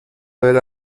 haber